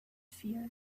fear